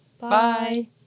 Bye